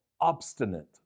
obstinate